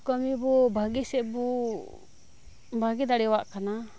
ᱠᱟᱹᱢᱤ ᱵᱩ ᱵᱷᱟᱹᱜᱤ ᱥᱮᱫ ᱵᱚ ᱵᱷᱟᱜᱮ ᱫᱟᱲᱮᱭᱟᱜ ᱠᱟᱱᱟ